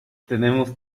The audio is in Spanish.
tenemos